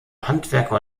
handwerker